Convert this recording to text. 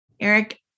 Eric